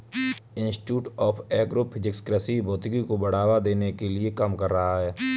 institute of agro physics कृषि भौतिकी को बढ़ावा देने के लिए काम कर रहा है